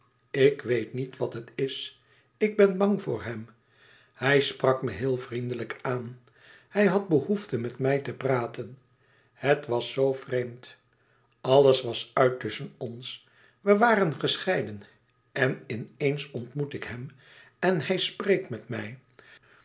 ik weet niet wat het is ik ben bang voor hem hij sprak me heel vriendelijk aan hij had behoefte met mij te praten het was zoo vreemd alles was uit tusschen ons we waren gescheiden en in eens ontmoet ik hem en hij spreekt met mij